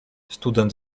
student